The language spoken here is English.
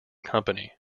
company